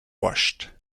washed